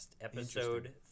episode